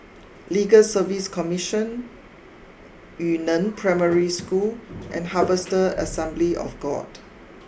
Legal Service Commission Yu Neng Primary School and Harvester Assembly of God